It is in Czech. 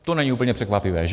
To není úplně překvapivé, že ano.